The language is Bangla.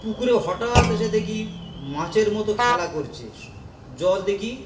পুকুরে হঠাৎ এসে দেখি মাছের মতো খেলা করছে জল দেখি